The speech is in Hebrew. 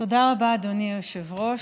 תודה רבה, אדוני היושב-ראש.